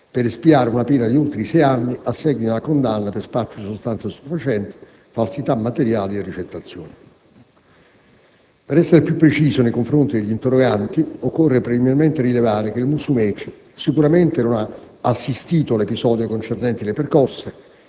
per espiare una pena di oltre sei anni a seguito di una condanna per spaccio di sostanze stupefacenti, falsità materiale e ricettazione. Per essere più preciso nei confronti degli interroganti, occorre preliminarmente rilevare che il Musumeci sicuramente non ha assistito all'episodio concernente le percosse